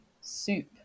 Soup